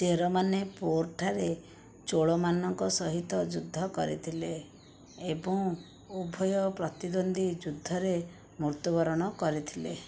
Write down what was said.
ଚେର ମାନେ ପୋରଠାରେ ଚୋଳ ମାନଙ୍କ ସହିତ ଯୁଦ୍ଧ କରିଥିଲେ ଏବଂ ଉଭୟ ପ୍ରତିଦ୍ୱନ୍ଦ୍ୱୀ ଯୁଦ୍ଧରେ ମୃତ୍ୟୁବରଣ କରିଥିଲେ